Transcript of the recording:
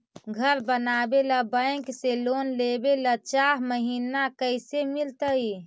घर बनावे ल बैंक से लोन लेवे ल चाह महिना कैसे मिलतई?